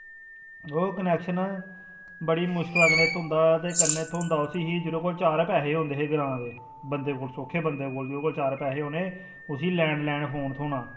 ओह् कनेक्शन बड़ी मुशकला कन्नै थ्होंदा ते कन्नै थ्होंदा उसी ही जेह्दे कोल चार पैहे होंदे हे ग्रांऽ दे बंदे कोल सौक्खे बंदे कोल जेह्दे कोल चार पैहे होने उसी लैंडलाइन फोन थ्होना